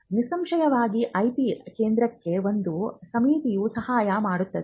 ನಿಸ್ಸಂಶಯವಾಗಿ IP ಕೇಂದ್ರಕ್ಕೆ ಒಂದು ಸಮಿತಿಯು ಸಹಾಯ ಮಾಡುತ್ತದೆ